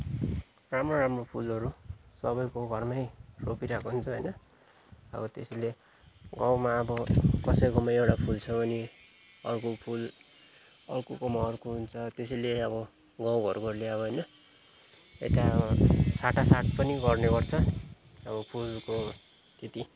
राम्रो राम्रो फुलहरू सबैको घरमै रोपिरहेको हुन्छ होइन अब त्यसले अब गाउँमा अब कसैकोमा एउटा फुल छ भने अर्को फुल अर्कोकोमा अर्को हुन्छ त्यसैले अब गाउँघरबाट ल्यायो हेइन यता अब साटासाट पनि गर्ने गर्छ अब फुलको त्यति